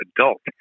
adult